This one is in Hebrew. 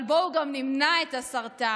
אבל בואו גם נמנע את הסרטן,